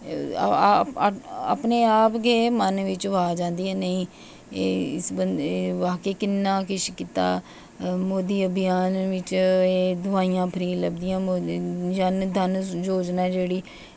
अपने आप गै मन बिच आवाज़ आंदी की नेईं इस बंदे वाकई किन्ना किश कीता मोदी अभियान बिच एह् दोआइयां फ्री लभदियां जन धन योजनां जेह्ड़ी